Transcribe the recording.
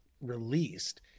released